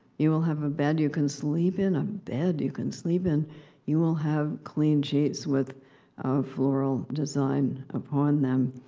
you will have a bed you can sleep in ah bed you can sleep in you will have clean sheets with a floral design upon them.